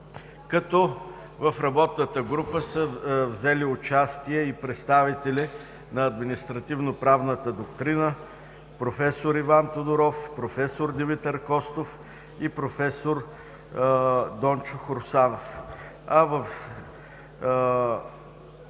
В работната група взеха участие и представители на административноправната доктрина: проф. Иван Тодоров, проф. Димитър Костов и проф. Дончо Хрусанов.